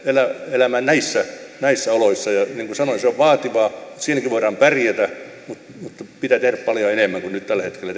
elämään näissä näissä oloissa niin kuin sanoin se on vaativaa siinäkin voidaan pärjätä mutta pitää tehdä paljon enemmän kuin nyt tällä hetkellä